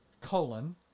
Colon